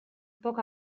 poc